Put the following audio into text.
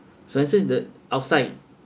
the outside